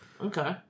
okay